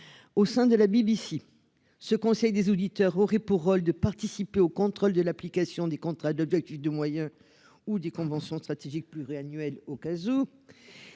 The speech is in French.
Au sein de la BBC. Ce conseil des auditeurs aurait pour rôle de participer au contrôle de l'application des contrats d'objectifs et de moyens ou des conventions stratégique pluriannuel au cas où.